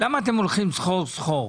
למה אתם הולכים סחור סחור?